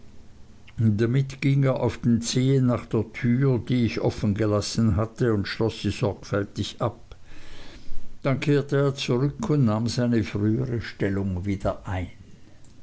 damit ging er auf den zehen nach der tür die ich offen gelassen hatte und schloß sie sorgfältig ab dann kehrte er zurück und nahm seine frühere stellung wieder ein